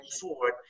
forward